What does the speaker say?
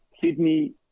Sydney